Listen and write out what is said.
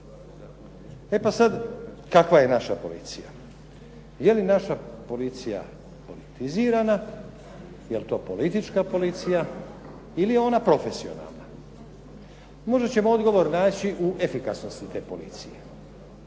E sada kakva je naša policija? Je li naša policija politizirana, je li to politička policija ili je ona profesionalna? Možda ćemo odgovor naći u efikasnosti te policije.